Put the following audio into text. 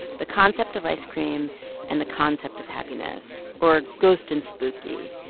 the concept of ice cream and the concept of happiness or ghost and spooky,